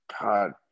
God